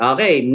Okay